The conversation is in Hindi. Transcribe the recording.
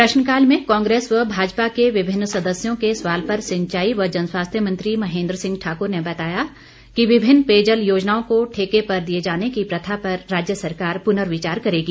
प्रश्नकाल प्रश्नकाल में कांग्रेस व भाजपा के विभिन्न सदस्यों के सवाल पर सिंचाई व जनस्वास्थ्य मंत्री महेन्द्र सिंह ठाकुर ने बताया कि विभिन्न पेयजल योजनाओं को ठेके पर दिए जाने की प्रथा पर राज्य सरकार पुर्नविचार करेगी